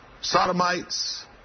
sodomites